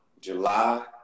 July